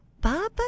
Baba